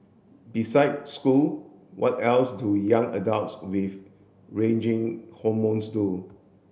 beside school what else do young adults with raging hormones do